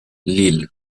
lille